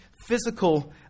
physical